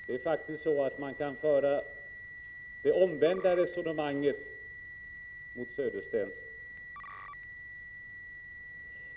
Man kan faktiskt föra det omvända resonemanget mot Bo Södersten.